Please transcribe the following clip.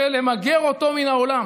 ולמגר אותו מן העולם.